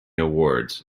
awards